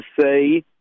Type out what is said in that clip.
say